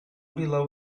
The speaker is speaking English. below